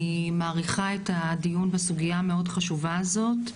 אני מעריכה את הדיון בסוגיה המאוד חשובה הזאת.